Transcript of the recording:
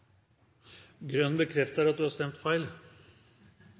Grønn bekrefter at du har stemt feil.